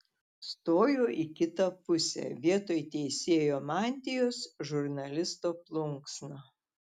stojo į kitą pusę vietoj teisėjo mantijos žurnalisto plunksna